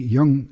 Young